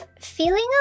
feeling